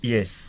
Yes